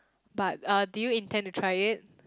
but uh did you intend to try it